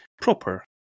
proper